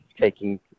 taking